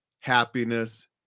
happiness